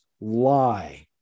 lie